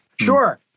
Sure